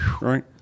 right